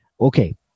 Okay